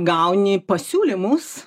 gauni pasiūlymus